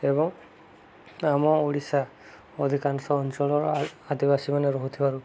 ଏବଂ ଆମ ଓଡ଼ିଶା ଅଧିକାଂଶ ଅଞ୍ଚଳର ଆଦିବାସୀ ମାନେ ରହୁଥିବାରୁ